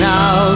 Now